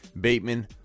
Bateman